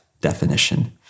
definition